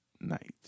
night